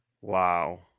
Wow